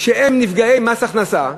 שהם נפגעי מס הכנסה,